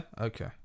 Okay